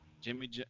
Jimmy